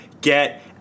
get